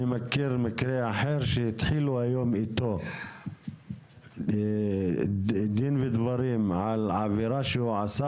אני מכיר מקרה אחר שהתחילו איתו דין ודברים על עבירה שהוא עשה,